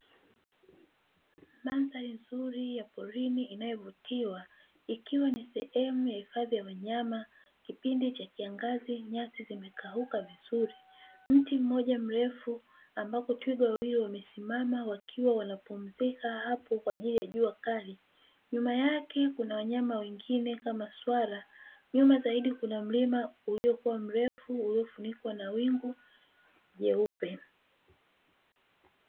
Mandhari nzuri ya porini inayovutiwa ikiwa ni sehemu ya hifadhi ya wanyama kipindi cha kiangazi nyasi zimekauka vizuri. Mti mmoja mrefu ambapo twiga wawili wamesimama wakiwa wanapumzika hapo kwa ajili ya jua kali, nyuma yake kuna wanyama wengine kama swala, nyuma zaidi kuna mlima uliokuwa mrefu uliofunikwa na wingu jeupe.